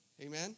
Amen